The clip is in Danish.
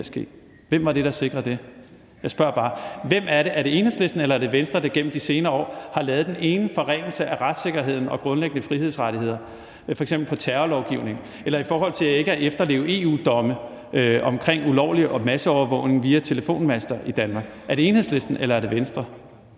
Hvem var det, der sikrede det? Jeg spørger bare. Hvem er det, der gennem de senere år har lavet den ene forringelse af retssikkerheden og grundlæggende frihedsrettigheder efter den anden, f.eks. i terrorlovgivningen eller i forhold til ikke at efterleve EU-domme omkring ulovlig masseovervågning via telefonmaster i Danmark? Er det Enhedslisten, eller er det Venstre?